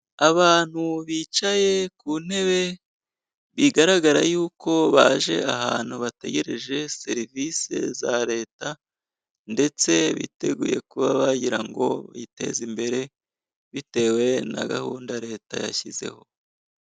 Abantu bicaye ku ntebe bigaragara yuko baje ahantu bategereje serivisi za leta, ndetse biteguye kuba bagira ngo biteze imbere bitewe na gahunda leta yashyizeho.